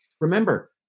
Remember